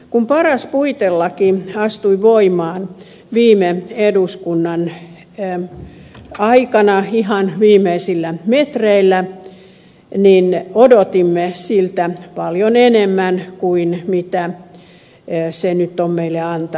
kun paras puitelaki astui voimaan viime eduskunnan aikana ihan viimeisillä metreillä niin odotimme siltä paljon enemmän kuin mitä se nyt on meille antanut